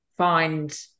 find